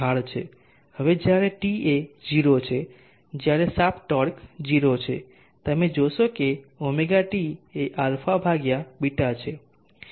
હવે જ્યારે t એ 0 છે જ્યારે શાફ્ટ ટોર્ક 0 છે તમે જોશો કે ωt એ α β છે